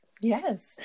Yes